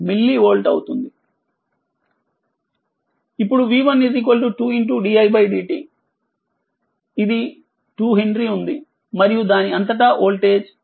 ఇప్పుడు v1 2didt ఇది 2హెన్రీ ఉంది మరియు దాని అంతటా వోల్టేజ్v1